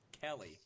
Kelly